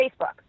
Facebook